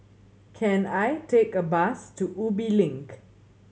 can I take a bus to Ubi Link